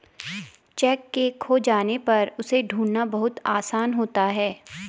cheque के खो जाने पर उसे ढूंढ़ना बहुत आसान होता है